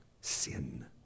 Sin